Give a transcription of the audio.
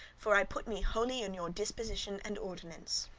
for i put me wholly in your disposition and ordinance.